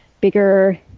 bigger